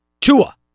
Tua